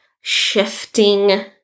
shifting